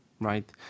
Right